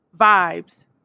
vibes